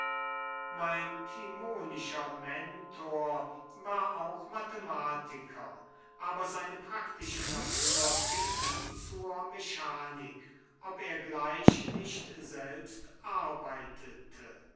mein timonischer mentor war auch mathematiker aber seine praktische natur trieb ihn zur mechanik ob er gleich nicht selbst arbeitete